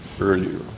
earlier